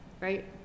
right